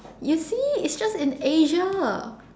you see it's just in asia